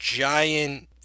giant